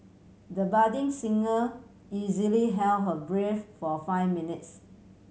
the budding singer easily held her breath for five minutes